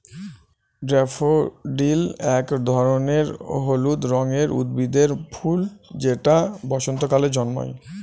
daffodil এক ধরনের হলুদ রঙের উদ্ভিদের ফুল যেটা বসন্তকালে জন্মায়